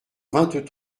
vingt